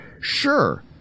Sure